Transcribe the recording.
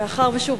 מאחר ששוב,